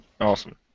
Awesome